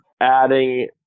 adding